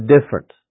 different